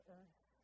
Earth